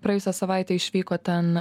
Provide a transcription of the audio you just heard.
praėjusią savaitę išvyko ten